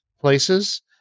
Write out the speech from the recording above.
places